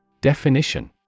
Definition